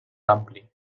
ampli